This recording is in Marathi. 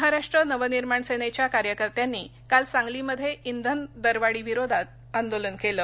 महाराष्ट्र नव निर्माण सेनेच्या कार्यकर्त्यांनी काल सांगलीमध्ये इंधन दरवाढीविरोधात आंदोलन केलं